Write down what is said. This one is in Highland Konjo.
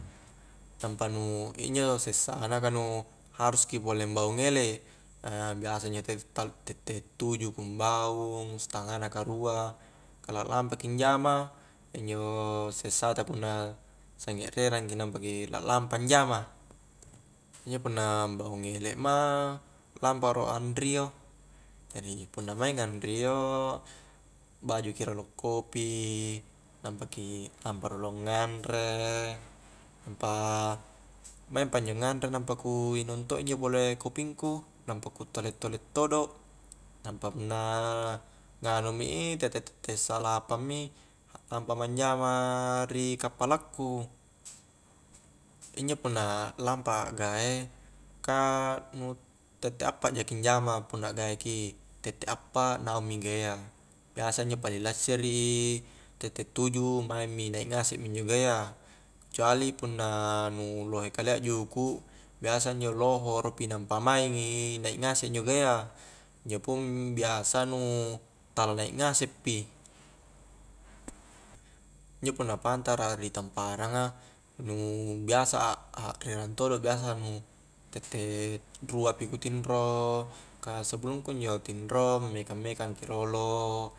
Nampa nu injo sessa na ka nu harus ki pole ambaung elek biasa injo tette ta tette tuju ku mbaung stengnga na karua ka la lampa ki anjama injo sessa ta punna sangi rerang ki nampa ki laklampa anjama injo punna ambaung elek ma, lampa rolo anrio jari punna mainga anrio bajuki rolo kopi nampa ki lampa rolo nganre nampa maingpa injon ganre nampa ku inung to injo pole kopingku nampa ku tole-tole todo nampa punna nganu mi i tette-tette salapang mi aklampa ma anjama ri kappala ku injo punna lampa akgae ka nu tette appa jaki anjama punna akgae ki, tette appa naung mi gae a biasa injo paling lassiri i tette tuju maing mi, naik ngasek mi injo gae a, kecuali punna nu lohe kalia juku' biasa injo lohoro pi nampa maingi i naik ngasek injo gae a injo pung biasa nu tala naik ngasek pi injo punna pantara a ri tamparanga nu biasa ak-akrerang todo' biasa nu tette rua pi ku tinro ka sebelumku injo tinro mekang-mekang ki rolo